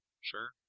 Sure